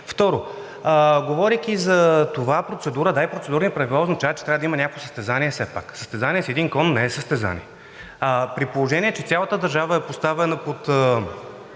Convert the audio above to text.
Второ, говорейки за това – да, за процедурни правила, означава, че трябва да има някакво състезание все пак. Състезание с един кон не е състезание. При положение че цялата държава е поставена